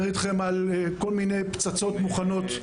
כל מיני פצצות מוכנות.